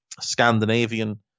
Scandinavian